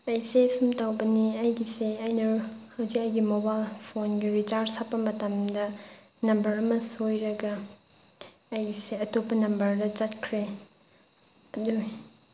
ꯑꯩꯁꯦ ꯁꯨꯝ ꯇꯧꯕꯅꯤ ꯑꯩꯒꯤꯁꯦ ꯑꯩꯅ ꯍꯧꯖꯤꯛ ꯑꯩꯒꯤ ꯃꯣꯕꯥꯏꯜ ꯐꯣꯟꯒꯤ ꯔꯤꯆꯥꯔꯖ ꯍꯥꯞꯄ ꯃꯇꯝꯗ ꯅꯝꯕꯔ ꯑꯃ ꯁꯣꯏꯔꯒ ꯑꯩꯁꯦ ꯑꯇꯣꯞꯄ ꯅꯝꯕꯔꯗ ꯆꯠꯈ꯭ꯔꯦ ꯑꯗꯨꯏ